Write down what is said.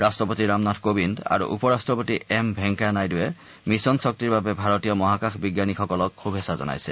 ৰাষ্টপতি ৰামনাথ কোবিন্দ আৰু উপ ৰাষ্টপতি এম ভেংকায়া নাইড়ুৱে মিছন শক্তিৰ বাবে ভাৰতীয় মহাকাশ বিজ্ঞানীসকলক শুভেচ্ছা জনাইছে